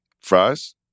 Fries